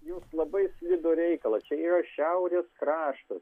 jūs labai slidų reikalą čia yra šiaurės kraštas